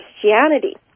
Christianity